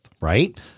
right